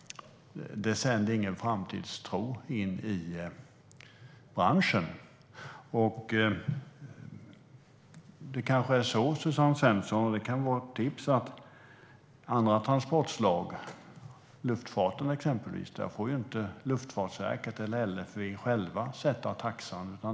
Det sände ingen framtidstro till branschen. Jag har kanske ett tips, Suzanne Svensson, från andra transportslag. När det gäller luftfarten får inte Luftfartsverket, LFV, sätta taxan.